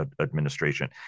administration